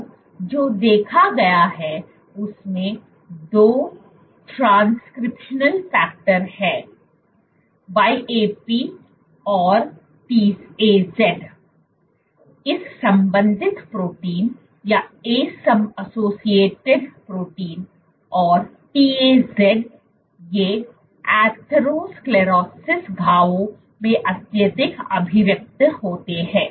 अब जो देखा गया है उसमें 2 ट्रांसक्रिप्शनल फैक्टर हैं YAP और TAZ एस संबंधित प्रोटीन और TAZ ये एथेरोस्क्लेरोसिस घावों में अत्यधिक अभिव्यक्त होते हैं